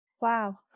Wow